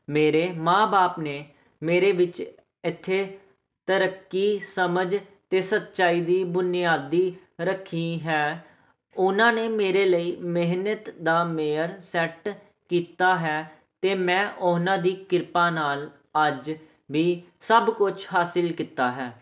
ਮੇਰੇ ਮਾਂ ਬਾਪ ਨੇ ਮੇਰੇ ਵਿੱਚ ਇਥੇ ਤਰੱਕੀ ਸਮਝ ਅਤੇ ਸੱਚਾਈ ਦੀ ਬੁਨਿਆਦੀ ਰੱਖੀ ਹੈ ਉਹਨਾਂ ਨੇ ਮੇਰੇ ਲਈ ਮਿਹਨਤ ਦਾ ਮੇਅਰ ਸੈੱਟ ਕੀਤਾ ਹੈ ਅਤੇ ਮੈਂ ਉਹਨਾਂ ਦੀ ਕਿਰਪਾ ਨਾਲ ਅੱਜ ਵੀ ਸਭ ਕੁਝ ਹਾਸਿਲ ਕੀਤਾ ਹੈ